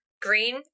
green